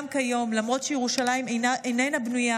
גם כיום, למרות שירושלים איננה בנויה